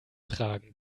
tragen